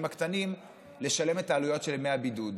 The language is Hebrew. הקטנים לשלם את העלויות של ימי הבידוד.